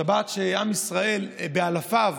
שבה עם ישראל באלפיו